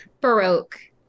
Baroque